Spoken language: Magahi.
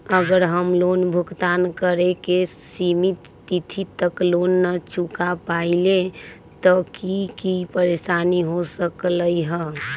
अगर हम लोन भुगतान करे के सिमित तिथि तक लोन न चुका पईली त की की परेशानी हो सकलई ह?